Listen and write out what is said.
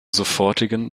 sofortigen